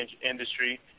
industry